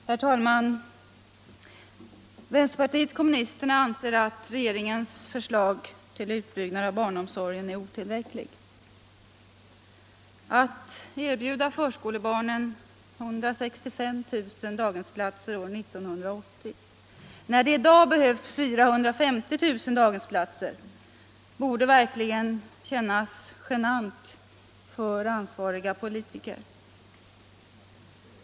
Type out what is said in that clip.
Herr talman! Vänsterpartiet kommunisterna anser att regeringens förslag till utbyggnad av barnomsorgen är otillräckligt. Att erbjuda förskolebarnen 165 000 daghemsplatser år 1980, när det i dag behövs 450 000 platser, borde verkligen kännas genant för ansvariga politiker.